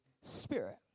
Spirit